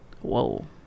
Whoa